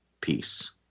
Peace